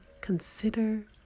consider